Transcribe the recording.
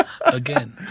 Again